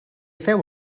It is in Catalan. feu